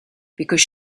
because